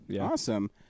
Awesome